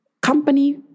company